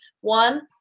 One